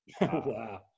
Wow